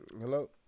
Hello